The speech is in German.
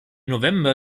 november